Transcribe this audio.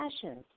passions